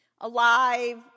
alive